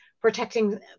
protecting